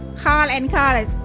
called and called.